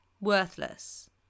worthless